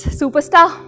superstar